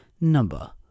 number